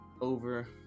over